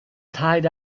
tied